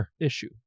issue